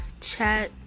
chat